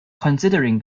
considering